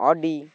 Audi